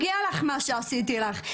מהיגע לך מה שעשיתי לך,